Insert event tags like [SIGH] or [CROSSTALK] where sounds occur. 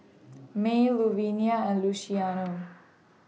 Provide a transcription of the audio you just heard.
[NOISE] Mae Luvenia and Luciano